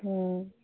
অঁ